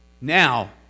now